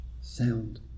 sound